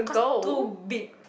cause too big